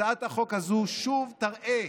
הצעת החוק הזו שוב תראה